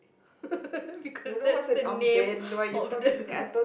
because that's the name of the